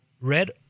red